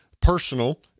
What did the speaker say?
personal